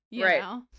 Right